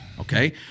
Okay